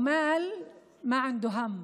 שהדאגה שלו היא כסף, אין לו דאגה.)